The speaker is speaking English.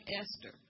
Esther